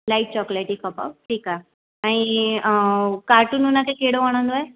light chocolate ई खपेव ठीकु आहे ऐम काटून हुनखे कहिड़ो वणंदो आहे